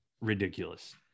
ridiculous